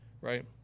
right